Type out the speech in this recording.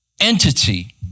entity